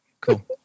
cool